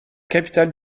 capitale